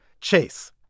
Chase